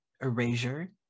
erasure